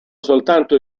soltanto